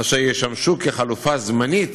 אשר ישמשו כחלופה זמנית